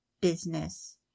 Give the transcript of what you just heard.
business